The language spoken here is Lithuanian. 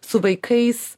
su vaikais